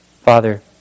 Father